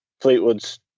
Fleetwood's